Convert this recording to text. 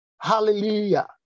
Hallelujah